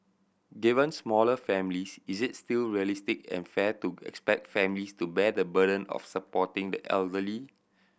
given smaller families is it still realistic and fair to expect families to bear the burden of supporting the elderly